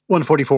144